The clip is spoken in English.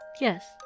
Yes